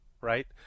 right